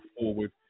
forward